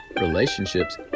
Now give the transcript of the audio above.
relationships